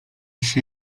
się